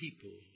people